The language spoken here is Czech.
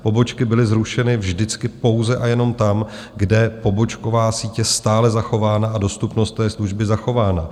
Pobočky byly zrušeny vždycky pouze a jenom tam, kde pobočková síť je stále zachována a dostupnost služby zachována.